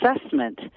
assessment